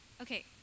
Okay